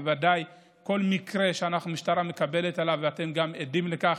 בוודאי בכל מקרה שהמשטרה מקבלת, ואתם גם עדים לכך,